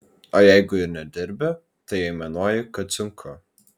o jeigu ir nedirbi tai aimanuoji kad sunku